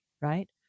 right